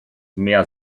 mehr